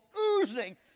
oozing